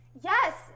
Yes